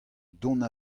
dont